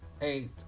eight